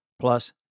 Plus